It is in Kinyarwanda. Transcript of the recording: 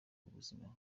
ubuzima